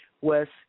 West